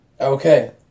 Okay